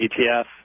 ETF